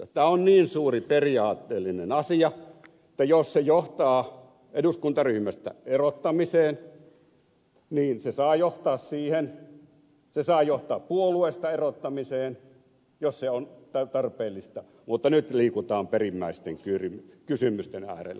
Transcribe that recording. tämä on niin suuri periaatteellinen asia että jos se johtaa eduskuntaryhmästä erottamiseen niin se saa johtaa siihen se saa johtaa puolueesta erottamiseen jos se on tarpeellista mutta nyt liikutaan perimmäisten kysymysten äärellä